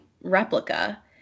replica